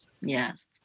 Yes